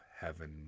heaven